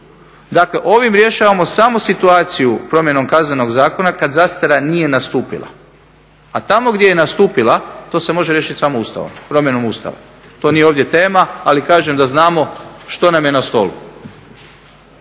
Dakle ovim rješavamo samo situaciju promjenom Kaznenog zakona kad zastara nije nastupila, a tamo gdje je nastupila to se može riješit samo Ustavom, promjenom Ustava. To nije ovdje tema, ali kažem da znamo što nam je na stolu.